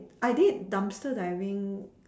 I did dumpster diving